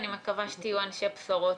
אני מקווה שתהיו אנשי בשורות.